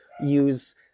use